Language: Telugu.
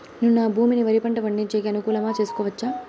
నేను నా భూమిని వరి పంట పండించేకి అనుకూలమా చేసుకోవచ్చా?